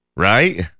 right